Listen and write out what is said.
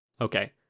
Okay